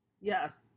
yes